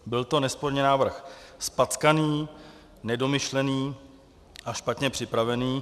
Byl to nesporně návrh zpackaný, nedomyšlený a špatně připravený.